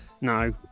No